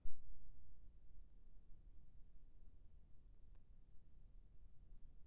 सामाजिक योजना के पेमेंट के बारे म फ़ोन म कइसे पता चल सकत हे?